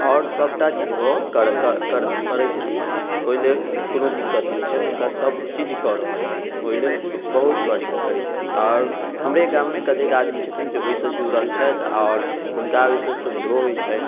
आओर सभटा चीज ओ करैत छथिन ओहिलेल कोनो दिक्कत नहि छनि हुनका सभ चीज कऽ रहल छथिन ओहिलेल बहुत बढ़िआँ करैत छथिन आओर हमरे गाममे कतेक आदमी छथिन जे ओहिसँ जुड़ल छथि आओर हुनका ओहिसँ सुविधो होइत छनि